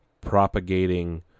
propagating